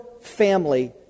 family